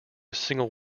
single